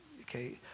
okay